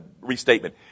restatement